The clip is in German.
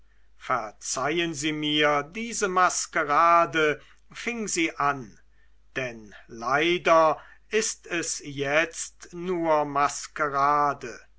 verzeihn sie mir diese maskerade fing sie an denn leider ist es jetzt nur maskerade